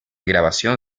grabación